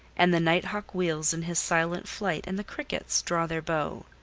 and the night hawk wheels in his silent flight, and the crickets draw their bow,